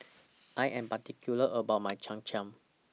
I Am particular about My Cham Cham